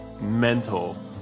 mental